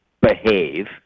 behave